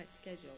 schedule